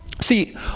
See